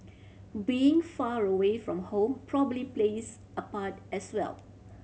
being far away from home probably plays a part as well